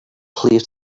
clear